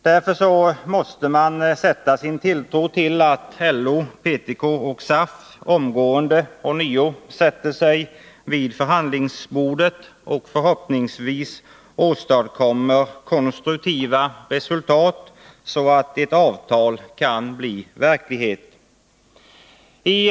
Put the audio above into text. Därför måste man sätta sin tilltro till att LO, PTK och SAF omgående ånyo sätter sig vid förhandlingsbordet och förhoppningsvis åstadkommer konstruktiva resultat, så att ett avtal kan bli verklighet.